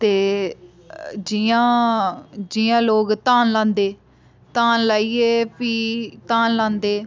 ते जियां जियां लोक धान लांदे धान लाइयै फ्ही धान लांदे